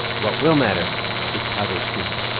what will matter is how they see him